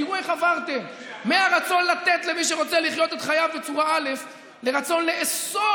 תראו איך עברתם מהרצון לתת למי שרוצה לחיות את חייו בצורה א' לרצון לאסור